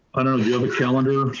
i don't know the other calendar.